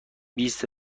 بیست